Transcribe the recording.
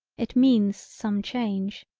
it means some change.